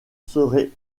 serez